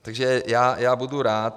Takže já budu rád...